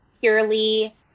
purely